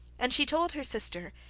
and she told her sister,